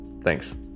Thanks